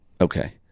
okay